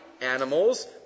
animals